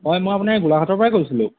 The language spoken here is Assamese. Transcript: হয় মই আপোনাৰ এই গোলাঘাটৰ পৰায়ে কৈছিলোঁ